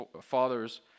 fathers